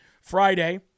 Friday